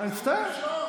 מצטער.